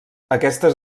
aquestes